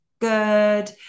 good